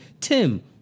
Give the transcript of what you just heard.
tim